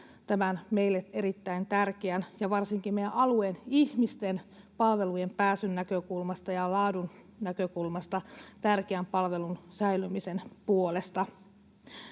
tämän meille erittäin tärkeän ja varsinkin meidän alueemme ihmisten palveluihin pääsyn näkökulmasta ja laadun näkökulmasta tärkeän palvelun säilymisen puolesta.